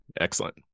Excellent